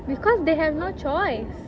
because they have no choice